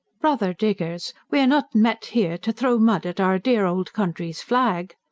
brother diggers! we are not met here to throw mud at our dear old country's flag!